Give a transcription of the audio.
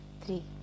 three